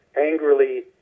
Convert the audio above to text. angrily